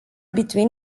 between